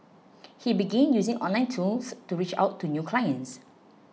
he began using online tools to reach out to new clients